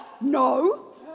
No